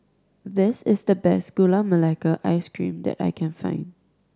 this is the best Gula Melaka Ice Cream that I can find